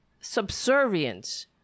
subservience